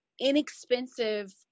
inexpensive